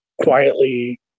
quietly